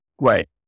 Right